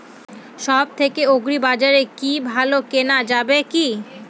সব থেকে আগ্রিবাজারে কি ভালো কেনা যাবে কি?